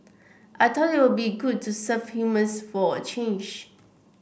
I thought it would be good to serve humans for a change